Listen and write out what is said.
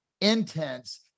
intense